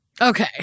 Okay